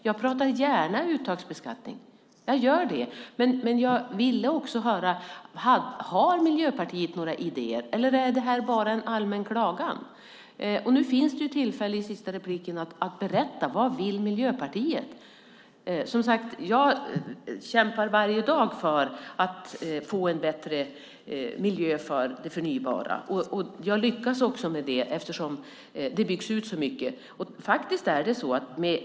Jag pratar gärna uttagsbeskattning, men jag vill också höra om Miljöpartiet har några idéer eller om det här bara är en allmän klagan. Nu finns det tillfälle att i det sista inlägget berätta vad Miljöpartiet vill. Som sagt, jag kämpar varje dag för att få en bättre miljö för det förnybara. Jag lyckas också med det eftersom så mycket byggs ut.